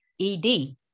ed